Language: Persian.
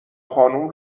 خانوم